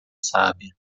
sábia